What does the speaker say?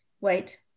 wait